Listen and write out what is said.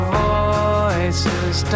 voices